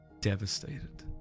devastated